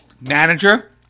Manager